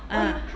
ah